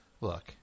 Look